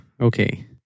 okay